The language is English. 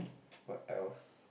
what else